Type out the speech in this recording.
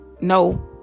no